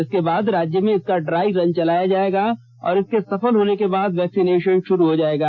इसके बाद राज्य में इसका ड्राई रन चलाया जाएगा और इसके सफल होने के बाद वैक्सीनेशन शुरू हो जाएगा